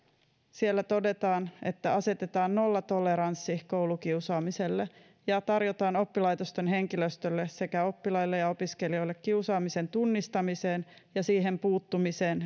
siellä todetaan asetetaan nollatoleranssi koulukiusaamiselle ja tarjotaan oppilaitosten henkilöstölle sekä oppilaille ja opiskelijoille kiusaamisen tunnistamiseen ja siihen puuttumiseen